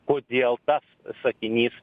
kodėl tas sakinys